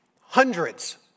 hundreds